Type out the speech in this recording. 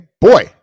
boy